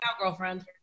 girlfriend